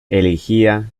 erigida